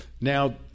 Now